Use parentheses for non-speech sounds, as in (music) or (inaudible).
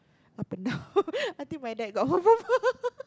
up and down (laughs) until my dad got home (laughs)